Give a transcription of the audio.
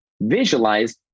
visualize